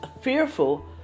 fearful